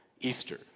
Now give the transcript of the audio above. Easter